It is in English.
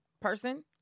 person